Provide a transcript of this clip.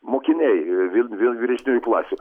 mokiniai vy vyresniųjų klasių